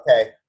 Okay